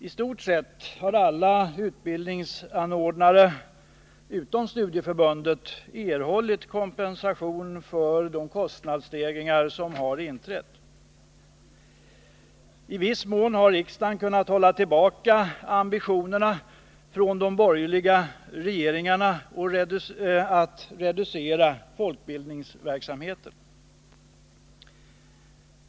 I stort sett har alla utbildningsanordnare utom studieförbunden erhållit kompensation för de kostnadsstegringar som inträtt. I viss mån har riksdagen kunnat hålla tillbaka ambitionerna från de borgerliga regeringarna att reducera folkbildningsverksamheten.